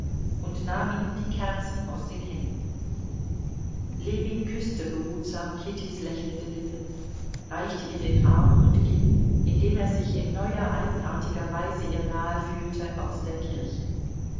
und nahm ihnen die kerzen aus den händen ljewin küßte behutsam kittys lächelnde lippen reichte ihr den arm und ging indem er sich in neuer eigenartiger weise ihr nahe fühlte aus der kirche